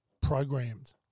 programmed